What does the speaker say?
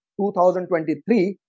2023